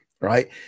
Right